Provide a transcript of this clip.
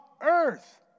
earth